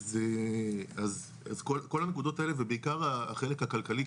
אז כל הנקודות האלה ובעקר החלק הכלכלי,